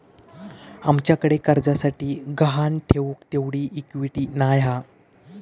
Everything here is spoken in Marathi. आमच्याकडे कर्जासाठी गहाण ठेऊक तेवढी इक्विटी नाय हा